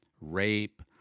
rape